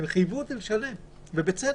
הם חייבו אותי לשלם, ובצדק,